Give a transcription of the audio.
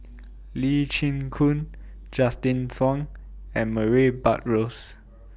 Lee Chin Koon Justin Zhuang and Murray Buttrose